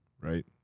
right